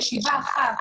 ישיבה אחת,